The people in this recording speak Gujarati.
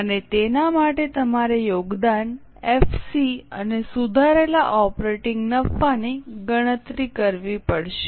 અને તેના માટે તમારે યોગદાન એફસી અને સુધારેલા ઓપરેટીંગ નફાની ગણતરી કરવી પડશે